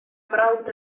mrawd